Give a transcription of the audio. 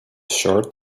short